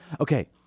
Okay